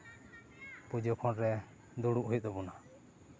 ᱯᱩᱡᱟᱹ ᱠᱚᱬᱨᱮ ᱫᱩᱲᱩᱵ ᱦᱩᱭᱩᱜ ᱛᱟᱵᱚᱱᱟ